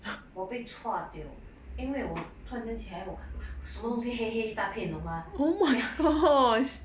我被 chua tio 因为我突然间起来什么东西黑黑一大片你懂吗